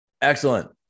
Excellent